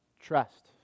Trust